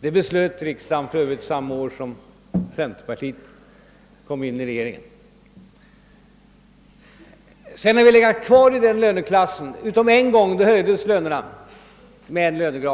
Detta beslöt riksdagen för övrigt samma år som bondeförbundet — nuvarande centerpartiet — kom in i regeringen. Sedan har statsråden legat kvar i den löneklassen utom en gång, då lönerna höjdes med en Jlönegrad.